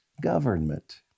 government